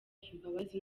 imbabazi